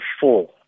four